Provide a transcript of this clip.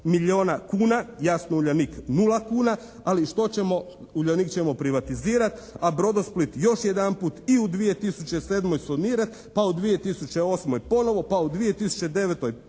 milijuna kuna, jasno Uljanik nula kuna, ali što ćemo Uljanik ćemo privatizirati a Brodosplit još jedanput i u 2007. sanirat pa u 2008. ponovo pa u 2009. ponovo